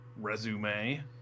resume